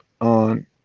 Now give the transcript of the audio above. on